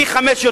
פי-חמישה,